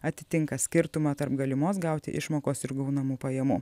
atitinka skirtumą tarp galimos gauti išmokos ir gaunamų pajamų